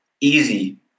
easy